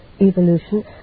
evolution